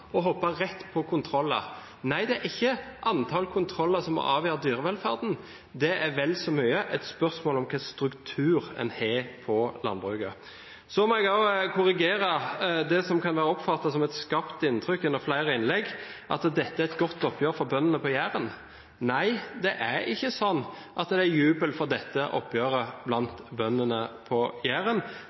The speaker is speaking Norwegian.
og hoppet rett på kontroller. Det er ikke antall kontroller som vil avgjøre dyrevelferden, det er vel så mye et spørsmål om hva slags struktur en har på landbruket. Jeg må også korrigere det inntrykk som er skapt, gjennom flere innlegg, at dette er et godt oppgjør for bøndene på Jæren. Nei, det er ikke sånn at det er jubel for dette oppgjøret blant bøndene på Jæren.